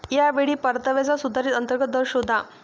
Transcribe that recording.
या वेळी परताव्याचा सुधारित अंतर्गत दर शोधा